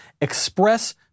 express